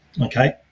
okay